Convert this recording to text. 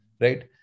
right